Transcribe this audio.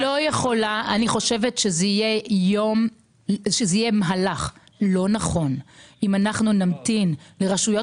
אני חושבת שזה יהיה מהלך לא נכון אם אנחנו נמתין לרשויות